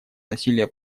насилие